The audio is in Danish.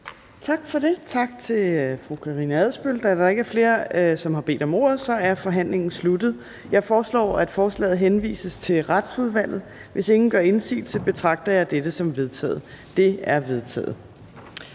Torp): Tak til fru Karina Adsbøl. Da der ikke er flere, som har bedt om ordet, er forhandlingen sluttet. Jeg foreslår, at forslaget henvises til Retsudvalget. Hvis ingen gør indsigelse, betragter jeg dette som vedtaget. Det er vedtaget.